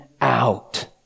out